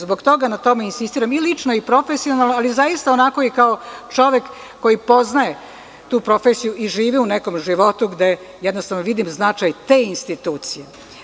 Zbog toga na tome insistiram i lično i profesionalno, ali zaista onako i kao čovek koji poznaje tu profesiju i živi u nekom životu gde jednostavno vidim značaj te institucije.